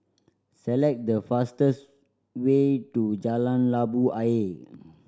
select the fastest way to Jalan Labu Ayer